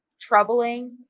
troubling